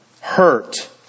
hurt